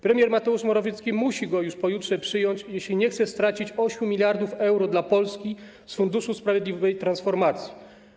Premier Mateusz Morawiecki musi go pojutrze przyjąć, jeśli nie chce stracić 8 mld euro dla Polski z Funduszu Sprawiedliwej Transformacji.